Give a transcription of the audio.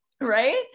Right